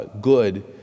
good